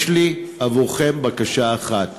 יש לי עבורכם בקשה אחת: